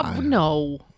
no